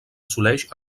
assoleix